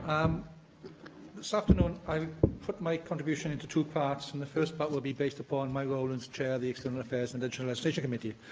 um this afternoon, i'll put my contribution into two parts, and the first part will be based upon my role as chair of the external affairs and additional legislation committee.